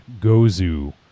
Gozu